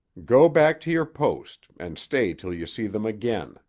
go back to your post, and stay till you see them again,